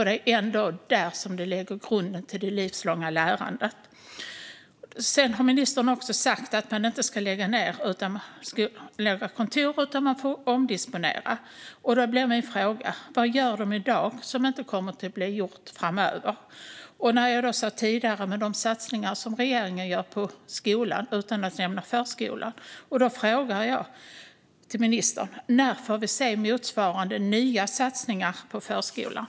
Det är ändå där som grunden till det livslånga lärandet läggs. Ministern sa att det inte ska läggas ned några kontor utan att man får göra omdisponeringar. Då undrar jag vad de gör i dag som inte kommer att blir gjort framöver. Och apropå de satsningar som regeringen gör på skolan utan att nämna förskolan: När får vi se motsvarande nya satsningar på förskolan?